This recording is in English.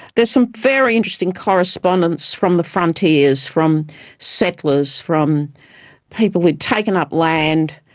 there's some very interesting correspondence from the frontiers, from settlers, from people who'd taken up land,